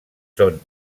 són